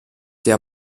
der